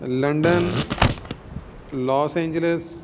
London Los Angeles